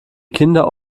kinder